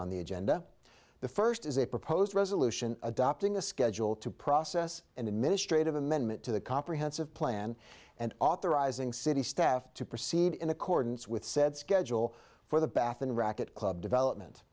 on the agenda the first is a proposed resolution adopting a schedule to process and administrative amendment to the comprehensive plan and authorizing city staff to proceed in accordance with said schedule for the bath and racket club development